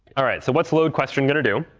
all right. so what's load question going to do?